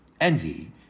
Envy